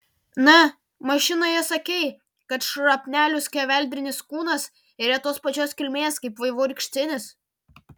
na mašinoje sakei kad šrapnelių skeveldrinis kūnas yra tos pačios kilmės kaip vaivorykštinis